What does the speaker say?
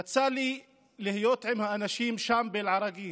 יצא לי להיות עם האנשים שם, באל-עראקיב,